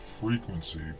frequency